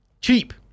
Cheap